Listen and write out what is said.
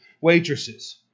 waitresses